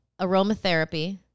aromatherapy